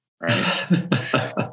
right